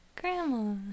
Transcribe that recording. Grandma